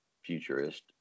Futurist